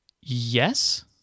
Yes